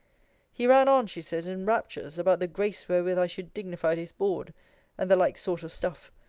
he ran on, she says, in raptures, about the grace wherewith i should dignify his board and the like sort of stuff,